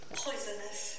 poisonous